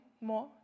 more